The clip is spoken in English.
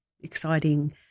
exciting